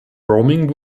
roaming